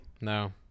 No